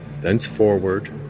thenceforward